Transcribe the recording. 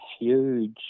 huge